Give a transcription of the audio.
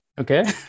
Okay